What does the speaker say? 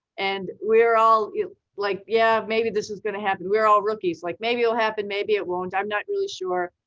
and we're all like, yeah, maybe this is gonna happen. we're all rookies. like maybe it'll happen, maybe it won't, i'm not really sure.